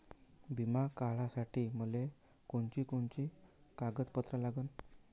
बिमा काढासाठी मले कोनची कोनची कागदपत्र लागन?